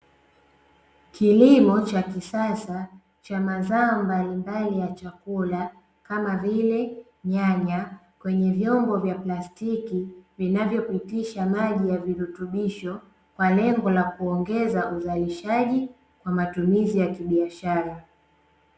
Kilimo cha kisasa cha mazao mbalimbali ya chakula kama vile nyanya, kwenye vyombo vya plastiki vinavyopitisha maji ya virutubisho kwa lengo la kuongeza uzalishaji kwa matumizi ya kibiashara.